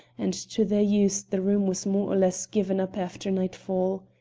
and to their use the room was more or less given up after nightfall.